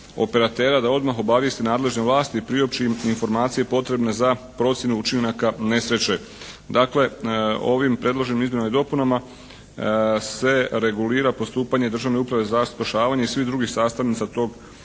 da odmah obavijesti nadležne vlasti i priopći im informacije potrebne za procjenu učinaka nesreće. Dakle ovim predloženim izmjenama i dopunama se regulira postupanje državne uprave za spašavanje i svih drugih sastavnica tog sustava